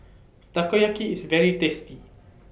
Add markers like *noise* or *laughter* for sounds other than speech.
*noise* Takoyaki IS very tasty